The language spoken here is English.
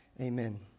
Amen